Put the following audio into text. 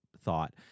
thought